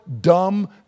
dumb